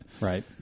Right